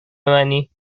منی